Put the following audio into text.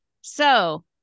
So-